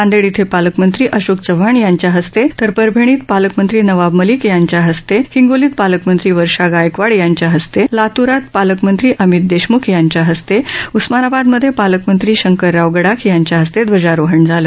नांदेड इथं पालकमंत्री अशोक चव्हाण यांच्या हस्ते परभणीत पालकमंत्री नवाब मलिक यांच्या हस्ते हिंगोलीत पालकमंत्री वर्षा गायकवाड यांच्या हस्ते लातूरात पालकमंत्री अमित देशमुख यांच्या हस्ते उस्मानाबादेत पालकमंत्री शंकरराव गडाख यांच्याहस्ते ध्वजारोहण झालं